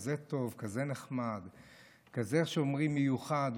כזה טוב, נחמד כזה, איך שאומרים, מיוחד.